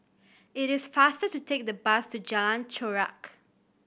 it is faster to take the bus to Jalan Chorak